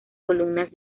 columnas